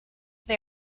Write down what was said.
they